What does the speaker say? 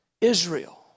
Israel